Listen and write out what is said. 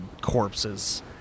corpses